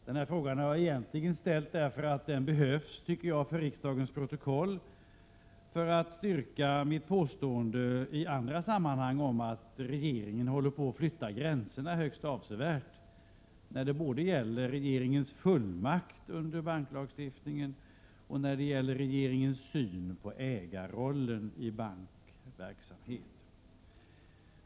Jag har ställt denna fråga därför att jag tycker att den behöver finnas med i riksdagens protokoll, för att styrka mitt påstående i andra sammanhang om att regeringen håller på att flytta gränserna högst avsevärt, både när det gäller regeringens fullmakt enligt banklagstiftningen och när det gäller dess syn på ägarrollen i bankverksamhet.